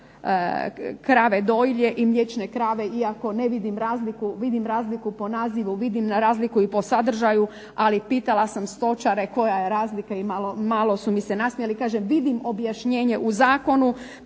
krave dojilje i mliječne krave, iako ne vidim razliku. Vidim razliku po nazivu, vidim razliku i po sadržaju, ali pitala sam stočare koja je razlika i malo su mi se nasmijali. Kažem, vidim objašnjenje u zakonu